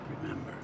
Remember